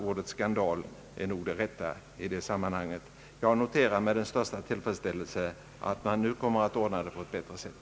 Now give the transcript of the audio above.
Ordet skandal är nog det rätta i detta sammanhang. Jag noterar därför med mycket stor tillfredsställelse att det nu kommer att bli en bättre ordning.